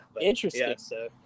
Interesting